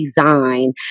design